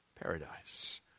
paradise